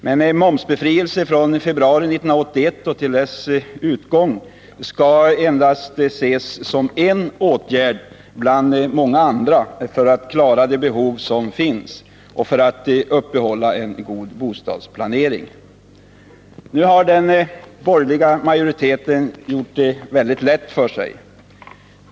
Men en momsbefrielse från februari 1981 till årets slut skall ses som endast en åtgärd bland många andra för att klara det behov som finns och för att uppehålla en god bostadsplanering. Den borgerliga majoriteten har gjort det väldigt lätt för sig.